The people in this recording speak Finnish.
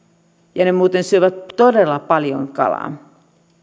ja ne muuten syövät todella paljon kalaa